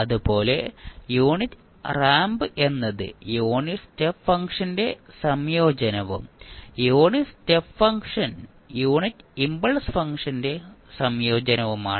അതുപോലെ unit ramp എന്നത് unit step ഫംഗ്ഷന്റെ സംയോജനവും unit step function unit impulse ഫംഗ്ഷന്റെ സംയോജനവുമാണ്